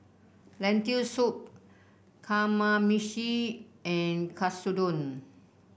Lentil Soup Kamameshi and Katsudon